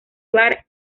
bar